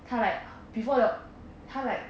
他 like before the 他 like